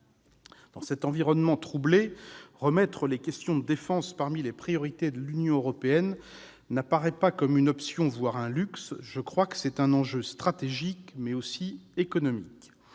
Dans cet environnement troublé, remettre les questions de défense parmi les priorités de l'Union européenne n'apparaît pas comme une option, voire un luxe. C'est, je crois, un enjeu stratégique mais aussi économique.